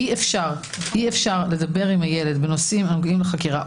אי-אפשר לדבר עם הילד בנושאים הנוגעים לחקירה,